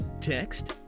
Text